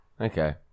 Okay